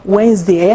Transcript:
Wednesday